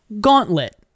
Gauntlet